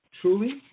truly